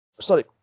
Sorry